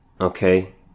Okay